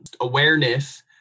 awareness